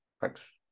thanks